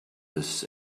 this